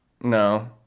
No